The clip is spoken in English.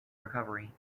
recovery